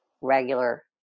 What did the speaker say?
regular